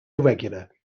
irregular